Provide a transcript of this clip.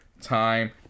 Time